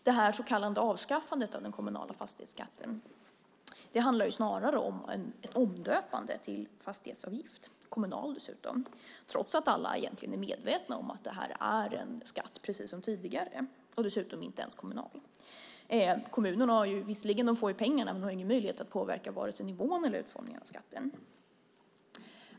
Det så kallade avskaffandet av den kommunala fastighetsskatten handlar snarare om ett omdöpande till fastighetsavgift - kommunal, dessutom - trots att alla egentligen är medvetna om att detta är en skatt, precis som tidigare, och dessutom inte ens kommunal. Kommunerna får visserligen pengarna, men de har ingen möjlighet att påverka vare sig nivån på eller utformningen av skatten.